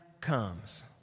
comes